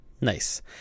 nice